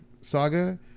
saga